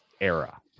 era